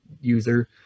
user